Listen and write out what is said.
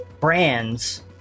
brands